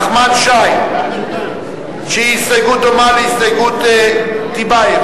נחמן שי, הסתייגות דומה להסתייגות טיבייב.